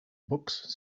books